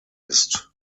ist